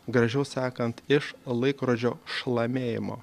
gražiau sakant iš laikrodžio šlamėjimo